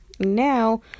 Now